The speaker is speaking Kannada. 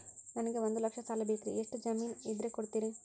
ನನಗೆ ಒಂದು ಲಕ್ಷ ಸಾಲ ಬೇಕ್ರಿ ಎಷ್ಟು ಜಮೇನ್ ಇದ್ರ ಕೊಡ್ತೇರಿ?